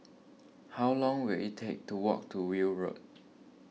how long will it take to walk to Weld Road